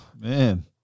Man